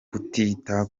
kutita